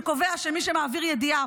שקובע שמי שמעביר ידיעה,